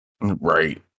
Right